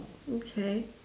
okay